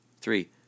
Three